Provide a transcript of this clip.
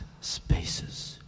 spaces